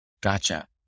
Gotcha